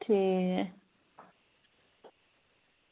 ठीक ऐ